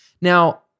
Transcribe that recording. Now